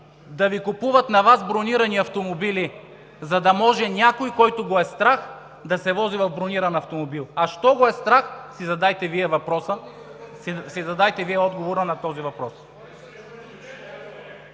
да Ви купуват на Вас бронирани автомобили, за да може някой, когото го е страх, да се вози в брониран автомобил. А защо го е страх, дайте си Вие отговор на този въпрос.